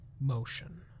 motion